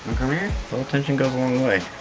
come here? a little attention goes a long way.